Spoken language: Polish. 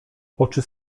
oczy